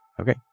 Okay